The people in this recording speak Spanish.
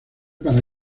para